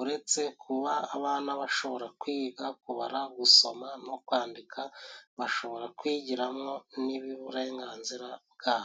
Uretse kuba abana bashobora kwiga, kubara, gusoma no kwandika, bashobora kwigiramo n'uburenganzira bwabo.